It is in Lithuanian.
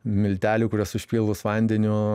miltelių kuriuos užpylus vandeniu